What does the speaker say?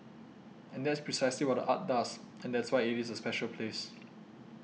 and that's precisely what the art does and that's why it is a special place